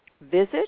visit